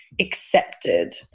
accepted